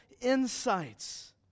insights